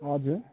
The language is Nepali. हजुर